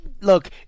Look